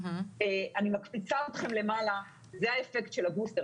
אני מקפיצה אתכם למעלה, זה האפקט של הבוסטר.